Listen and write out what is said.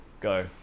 go